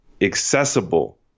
accessible